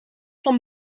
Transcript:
van